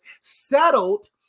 settled